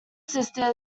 sister